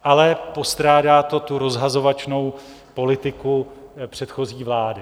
Ale postrádá to tu rozhazovačnou politiku předchozí vlády.